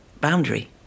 boundary